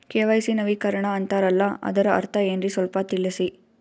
KYC ನವೀಕರಣ ಅಂತಾರಲ್ಲ ಅದರ ಅರ್ಥ ಏನ್ರಿ ಸ್ವಲ್ಪ ತಿಳಸಿ?